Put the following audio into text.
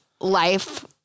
life